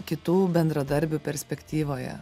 kitų bendradarbių perspektyvoje